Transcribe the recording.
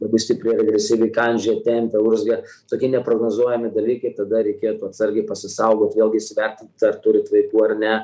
labai stipriai ar agresyviai kandžioja tempia urzgia tokie neprognozuojami dalykai tada reikėtų atsargiai pasisaugot vėlgi įsivertint ar turit vaikų ar ne